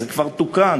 זה כבר תוקן,